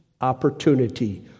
opportunity